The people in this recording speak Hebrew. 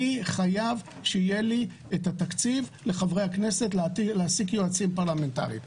אני חייב שיהיה לי התקציב לחברי הכנסת להעסיק יועצים פרלמנטריים.